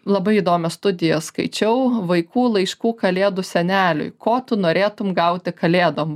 labai įdomią studiją skaičiau vaikų laiškų kalėdų seneliui ko tu norėtum gauti kalėdom